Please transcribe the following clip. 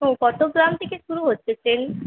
হ্যাঁ কত গ্রাম থেকে শুরু হচ্ছে চেন